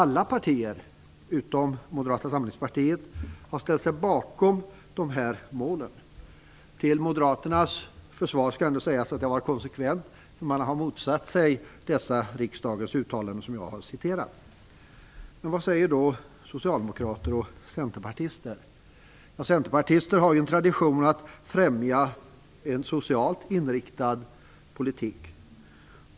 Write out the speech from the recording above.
Alla partier, utom Moderata samlingspartiet, har ställt sig bakom dessa mål. Till Moderaternas försvar skall ändå sägas att de varit konsekventa. Man har motsatt sig alla dessa riksdagens uttalanden som jag har citerat. Vad säger då socialdemokrater och centerpartister? Centerpartister har en tradition att främja en socialt inriktad politik.